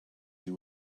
you